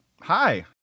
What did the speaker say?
Hi